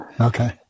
okay